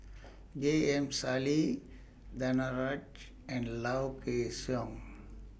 J M Sali Danaraj and Low Kway Song